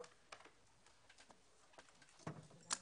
הישיבה ננעלה